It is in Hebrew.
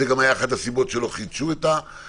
זאת גם הייתה אחת הסיבות שלא חידשו את זה,